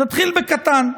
נתחיל בקטן.